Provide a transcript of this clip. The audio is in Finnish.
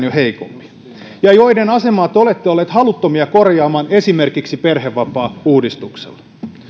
jo ennestään heikompi ja joiden asemaa te olette olleet haluttomia korjaamaan esimerkiksi perhevapaauudistuksella